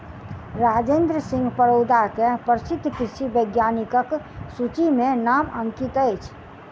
राजेंद्र सिंह परोदा के प्रसिद्ध कृषि वैज्ञानिकक सूचि में नाम अंकित अछि